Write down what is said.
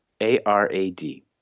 A-R-A-D